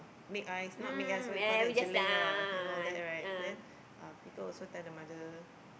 make eyes not make eyes what you call that jeling ah and all that right then people also tell the mother